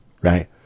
Right